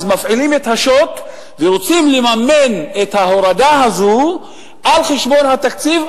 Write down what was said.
אז מפעילים את השוט ורוצים לממן את ההורדה הזאת על חשבון התקציב,